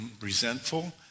resentful